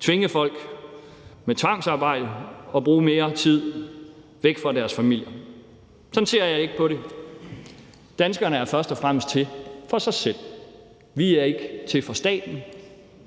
tvinge folk med tvangsarbejde og få dem til at bruge mere tid væk fra deres familier. Sådan ser jeg ikke på det. Danskerne er først og fremmest til for sig selv. Vi er ikke til for staten: